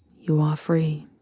you are free.